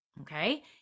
okay